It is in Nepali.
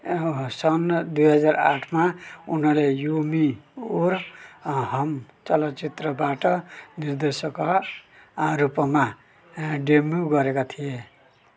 अँ सन् दुई हजार आठमा उनले यू मी और अँ हम चलचित्रबाट निर्देशकका अँ रूपमा अँ डेब्यु गरेका थिए